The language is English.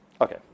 Okay